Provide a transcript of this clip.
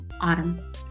Autumn